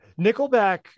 Nickelback